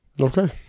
Okay